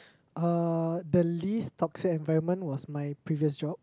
uh the least toxic environment was my previous job